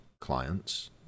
clients